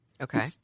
Okay